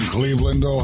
Cleveland